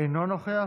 אינו נוכח.